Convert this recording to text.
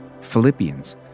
Philippians